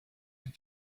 and